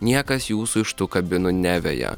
niekas jūsų iš tų kabinų neveja